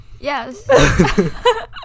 Yes